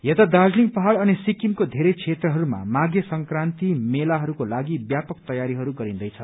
यता दार्जीलिङ पहाड़ अनि सिक्किमको धेरै क्षेत्रहरूमा माषे संक्रन्ति मेलाहरूको लागि व्यापक तयारीहरू गरिन्दैछ